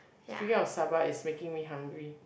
speaking of Sabah it's making me hungry